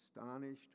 astonished